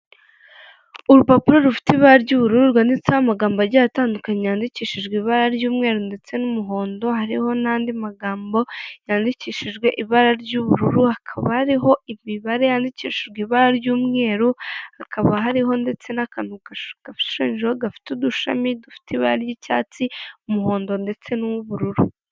Urupapuro rufite ibara ry'ubururu rwanditseho amagambo agiye atandukanye ,yandikishijwe ibara ry'umweru ndetse n'umuhondo hariho n'andi magambo yandikishijwe ibara ry'ubururu hakaba hariho imibare yandikishijwe ibara ry'umweru ,hakaba hariho ndetse n'akantu gashushanyijeho gafite udushami dufite ibara ry'icyatsi ,umuhondo ndetse nuw'ubururu.